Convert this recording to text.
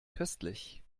köstlich